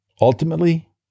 Ultimately